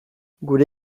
gure